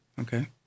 Okay